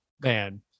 Man